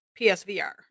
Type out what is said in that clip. PSVR